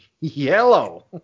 Yellow